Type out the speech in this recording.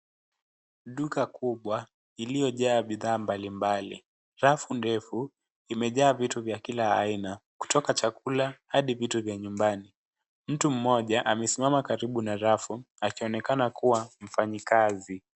Duka kubwa iliyojaa bidhaa mbalimbali rafu ndefu imejaa vitu vya kila aina kutoka chakula hadi vitu vya nyumbani. Mtu mmoja amesimama karibu na rafu akionekana kuwa mfanyikazi.